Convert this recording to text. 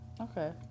Okay